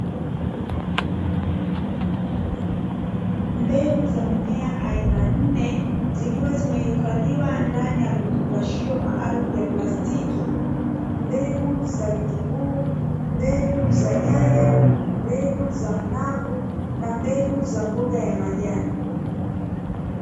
Mbegu za mimea aina nne zikiwa zimehifandhiwa ndani ya vifungashio maalumu vya plastiki, mbegu za vitunguu, mbegu za nyanya, mbegu za mnavu na mbegu za mboga ya majani.